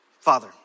Father